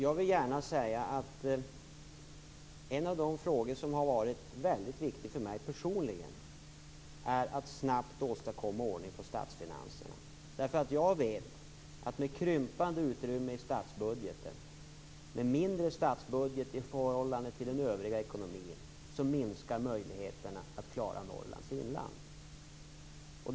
Fru talman! En av de frågor som har varit väldigt viktiga för mig personligen är att snabbt åstadkomma ordning på statsfinanserna. Jag vet nämligen att med krympande utrymme i statsbudgeten, med mindre statsbudget i förhållande till den övriga ekonomin, minskar möjligheterna att klara Norrlands inland.